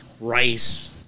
rice